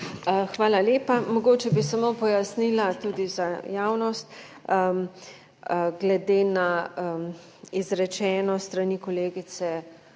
Hvala lepa. Mogoče bi samo pojasnila tudi za javnost glede na izrečeno s strani kolegice